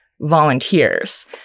volunteers